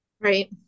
Right